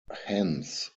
hence